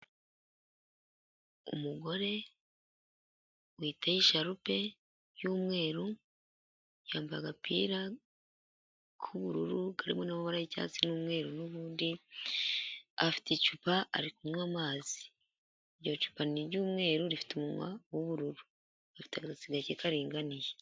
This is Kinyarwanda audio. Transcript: Umugore witeye isharupe y'umweru yambaye agapira k'ubururu karimo n'amabara y'icyatsi n'umweru n'ubundi, afite icupa ari kunywa amazi, iryo cupa ni iry'umweru rifite umunwa w'ubururu, afite agasatsi gake karinganiye.